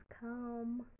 come